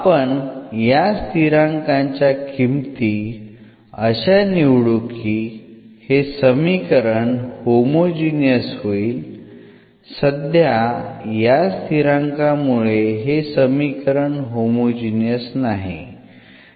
आपण या स्थिरांकाच्या किंमती अशा निवडू की हे समीकरण होमोजिनियस होईल सध्या या स्थिरांकांमुळे हे समीकरण होमोजिनियस नाही